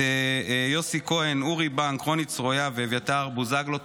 את יוסי כהן, אורי בנק, רוני צרויה ואביתר בוזגלו.